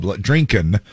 Drinking